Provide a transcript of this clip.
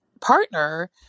partner